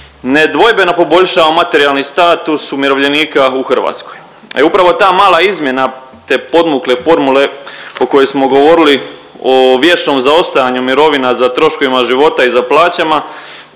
nedvojbeno poboljšao materijalni status umirovljenika u Hrvatskoj. Upravo ta mala izmjena te podmukle formule o kojoj smo govorili, o vječnom zaostajanju mirovina za troškovima života i za plaćama,